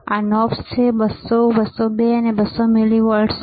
આ knobs 200 20 2 200 millivolts છે